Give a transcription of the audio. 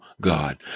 God